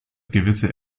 gewisse